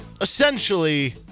essentially